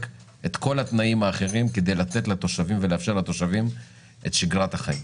את כל התנאים האחרים כדי לאפשר לתושבים את שגרת החיים.